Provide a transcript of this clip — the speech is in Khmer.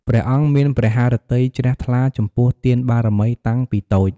ព្រះអង្គមានព្រះហឫទ័យជ្រះថ្លាចំពោះទានបារមីតាំងពីតូច។